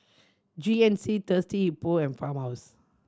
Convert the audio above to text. G N C Thirsty Hippo and Farmhouse